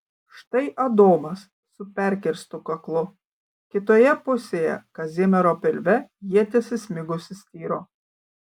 štai adomas su perkirstu kaklu kitoje pusėje kazimiero pilve ietis įsmigusi styro